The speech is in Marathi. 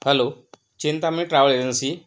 hello Chintamani travel agency